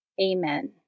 Amen